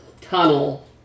tunnel